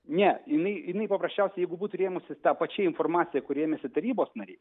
ne jinai jinai paprasčiausiai jeigu būtų rėmusis ta pačia informacija kur rėmėsi tarybos nariai